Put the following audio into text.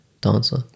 dancer